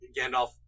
Gandalf